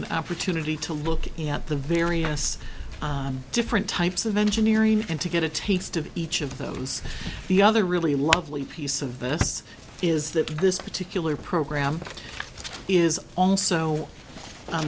an opportunity to look at the various different types of engineering and to get a taste of each of those the other really lovely piece of this is that this particular program is also on